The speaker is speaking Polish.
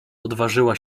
odważyła